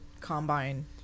combine